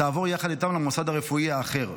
תעבור יחד איתם למוסד הרפואי האחר,